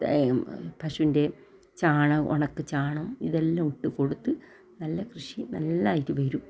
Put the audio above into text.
പശുൻ്റേം ചാണകം ഒണക്ക ചാണകം ഇതെല്ലാം ഇട്ടു കൊടുത്ത് നല്ല കൃഷി നല്ലായിറ്റ് വരും